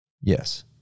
Yes